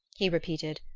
he repeated,